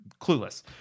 clueless